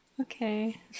Okay